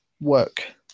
work